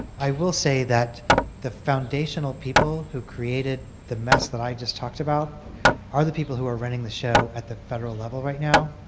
i will say that foundational people who created the mess that i just talked about are the people who are running the show at the federal level right now.